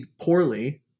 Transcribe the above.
poorly